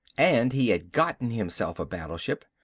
and he had gotten himself a battleship.